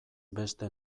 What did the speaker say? beste